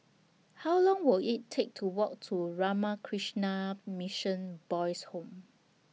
How Long Will IT Take to Walk to Ramakrishna Mission Boys' Home